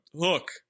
hook